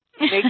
make